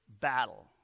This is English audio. battle